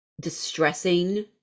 distressing